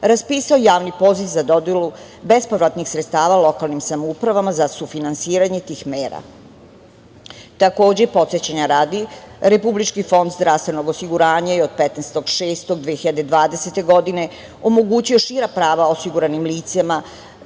raspisao javni poziv za dodelu bespovratnih sredstava lokalnim samoupravama za sufinansiranje tih mera. Takođe, podsećanja radi, Republički fond za zdravstvenog osiguranja je od 15.6.2020. godine omogućio šira prava osiguranim licima,